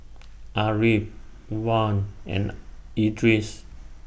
Ariff Wan and Idris